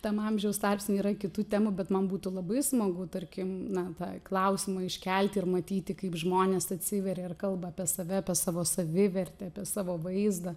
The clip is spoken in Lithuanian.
tam amžiaus tarpsnyje yra kitų temų bet man būtų labai smagu tarkim na tą klausimą iškelti ir matyti kaip žmonės atsiveria ir kalba apie save apie savo savivertę apie savo vaizdą